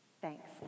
Thanks